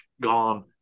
gone